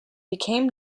became